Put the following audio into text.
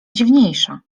dziwniejsza